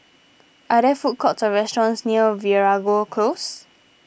are there food courts or restaurants near Veeragoo Close